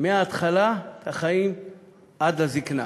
מהתחלת החיים ועד הזיקנה,